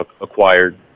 acquired